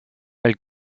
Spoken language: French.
elle